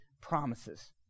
promises